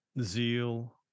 zeal